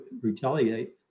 retaliate